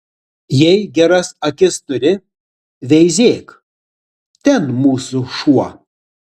jei geras akis turi veizėk ten mūsų šuo